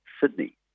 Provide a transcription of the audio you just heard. Sydney